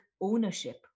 ownership